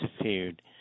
interfered